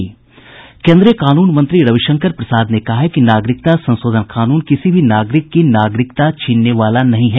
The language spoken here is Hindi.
केन्द्रीय कानून मंत्री रविशंकर प्रसाद ने कहा है कि नागरिकता संशोधन कानून किसी भी नागरिक की नागरिकता छीनने वाला नहीं है